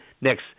next